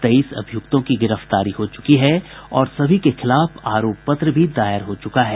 तेईस अभियुक्तों की गिरफ्तारी हो चुकी है और सभी के खिलाफ आरोप पत्र भी दायर हो चुका है